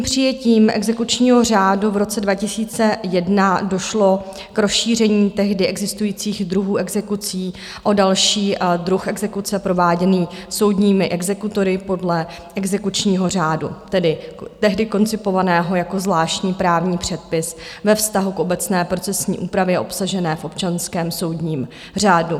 Přijetím exekučního řádu v roce 2001 došlo k rozšíření tehdy existujících druhů exekucí o další druh exekuce prováděný soudními exekutory podle exekučního řádu, tehdy koncipovaného jako zvláštní právní předpis ve vztahu k obecné procesní úpravě obsažené v občanském soudním řádu.